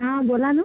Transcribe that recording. हां बोला ना